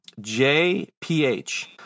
JPH